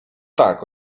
tak